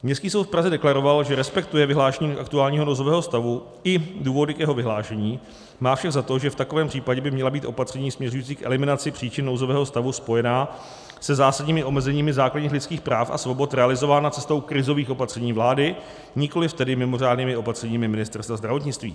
Městský soud v Praze deklaroval, že respektuje vyhlášení aktuálního nouzového stavu i důvody k jeho vyhlášení, má však za to, že v takovém případě by měla být opatření směřující k eliminaci příčin nouzového stavu spojená se zásadními omezeními základních lidských práv a svobod realizována cestou krizových opatření vlády, nikoliv tedy mimořádnými opatřeními Ministerstva zdravotnictví.